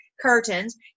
curtains